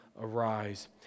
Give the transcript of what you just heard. arise